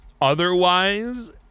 otherwise